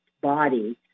body